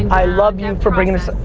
i love you for bringing this,